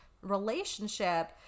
relationship